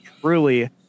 truly